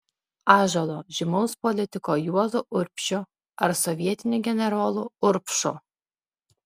ąžuolo žymaus politiko juozo urbšio ar sovietinio generolo urbšo